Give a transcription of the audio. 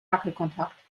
wackelkontakt